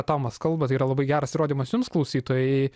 tomas kalba tai yra labai geras įrodymas jums klausytojai